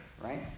right